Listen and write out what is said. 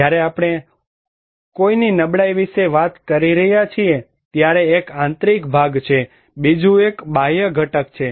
જ્યારે આપણે કોઈની નબળાઈ વિશે વાત કરી રહ્યા છીએ ત્યારે એક આંતરિક ભાગ છે બીજું એક બાહ્ય ઘટક છે